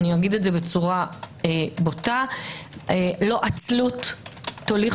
אומר זאת בצורה בוטה - לא עצלות תוליך